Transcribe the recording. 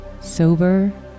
sober